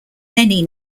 many